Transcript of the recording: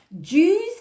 Jews